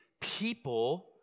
people